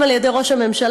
גם על ידי ראש הממשלה,